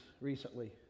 recently